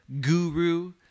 guru